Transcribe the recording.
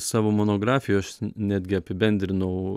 savo monografijoj aš netgi apibendrinau